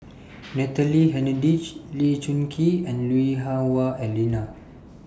Natalie Hennedige Lee Choon Kee and Lui Hah Wah Elena